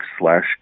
slash